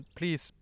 please